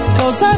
cause